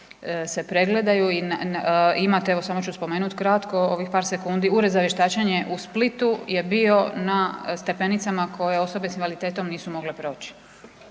pregledaju i imate samo ću spomenut kratko ovih par sekundi Ured za vještačenje u Splitu je bio na stepenicama koje osobe s invaliditetom nisu mogle proći.